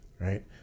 Right